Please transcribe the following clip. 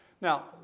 Now